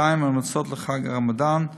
2. המלצות לחג הרמדאן,